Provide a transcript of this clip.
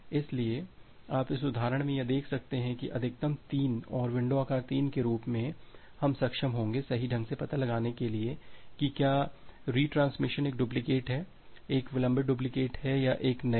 इसलिए आप इस उदाहरण में यहां देख सकते हैं कि अधिकतम अनुक्रम 3 और विंडो आकार 3 के रूप में हम सक्षम होंगे सही ढंग से पता लगाने के लिए कि क्या रिट्रांसमिशन एक डुप्लिकेट है एक विलंबित डुप्लिकेट है या एक नया है